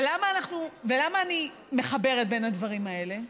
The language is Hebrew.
ולמה אני מחברת בין הדברים האלה?